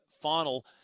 final